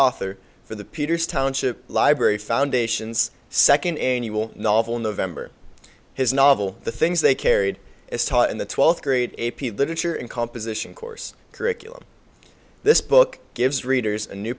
author for the peters township library foundation's second annual novel november his novel the things they carried as taught in the twelfth grade a p literature and composition course curriculum this book gives readers a new